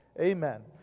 Amen